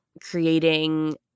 creating